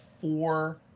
four